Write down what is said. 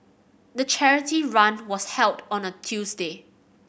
the charity run was held on a Tuesday